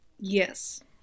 Yes